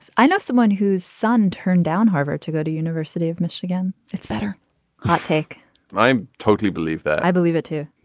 i know someone whose son turned down harvard to go to university of michigan. it's better high tech i totally believe that. i believe it too.